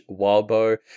Wildbo